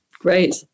great